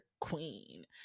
Queen